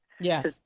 Yes